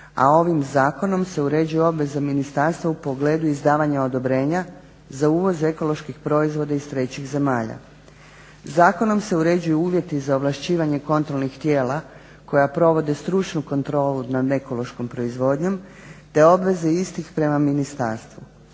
a ovim zakonom se uređuju obveze ministarstva u pogledu izdavanja odobrenja za uvoz ekoloških proizvoda iz trećih zemalja. Zakonom se uređuju uvjeti za ovlašćivanje kontrolnih tijela koja provode stručnu kontrolu nad ekološkom proizvodnjom te obveze istih prema ministarstvu.